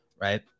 right